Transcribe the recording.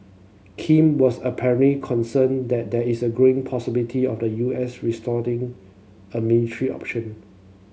Kim was apparently concerned that there is growing possibility of the U S resorting a military option